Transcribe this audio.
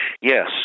Yes